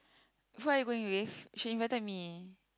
so who are you going with she invited me